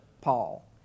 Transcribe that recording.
Paul